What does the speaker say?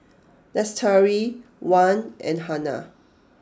Lestari Wan and Hana